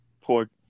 poor